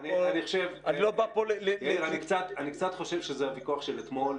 יאיר, אני קצת חושב שזה הוויכוח של אתמול.